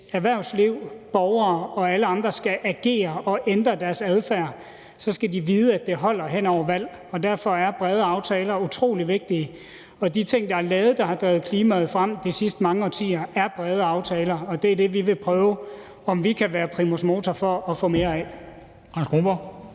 hvis erhvervslivet, borgerne og alle andre skal agere og ændre deres adfærd, skal de vide, at det holder hen over valg. Derfor er brede aftaler utrolig vigtige. Og de ting, der er lavet, og som har drevet klimaområdet frem de sidste mange årtier, er brede aftaler, og det er det, vi vil prøve om vi kan være primus motor i at få mere af.